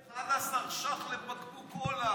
11 ש"ח לבקבוק קולה.